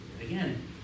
Again